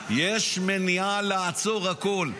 יש מניעה, לעצור הכול.